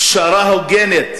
פשרה הוגנת.